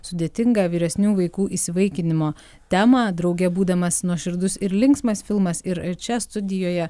sudėtingą vyresnių vaikų įsivaikinimo temą drauge būdamas nuoširdus ir linksmas filmas ir e čia studijoje